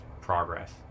progress